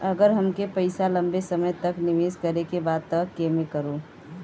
अगर हमके पईसा लंबे समय तक निवेश करेके बा त केमें करों?